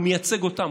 הוא מייצג אותם,